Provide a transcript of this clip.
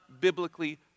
biblically